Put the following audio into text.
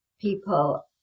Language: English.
People